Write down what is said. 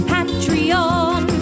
Patreon